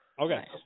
Okay